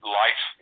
life